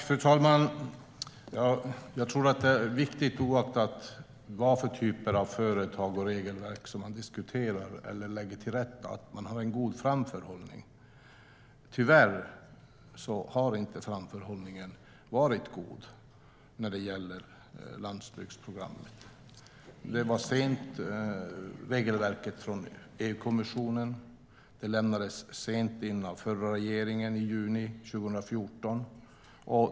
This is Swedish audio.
Fru talman! Oaktat vilken typ av företag man diskuterar och vilket regelverk man lägger till rätta är det viktigt att man har en god framförhållning. Tyvärr har inte framförhållningen varit god när det gäller landsbygdsprogrammet. Regelverket kom sent från EU-kommissionen, och det lämnades in sent av förra regeringen, i juni 2014.